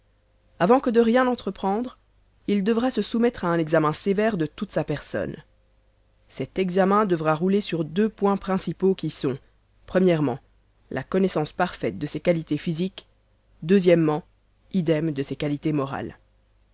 avant que de rien entreprendre il devra se soumettre à un examen sévère de toute sa personne cet examen devra rouler sur deux points principaux qui sont o la connaissance parfaite de ses qualités physiques o idem de ses qualités morales